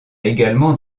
également